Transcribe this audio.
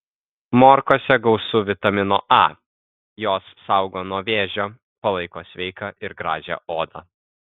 morkose gausu vitamino a jos saugo nuo vėžio palaiko sveiką ir gražią odą